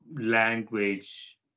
language